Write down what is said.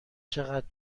چقدر